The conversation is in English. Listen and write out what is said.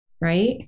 Right